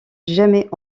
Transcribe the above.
jamais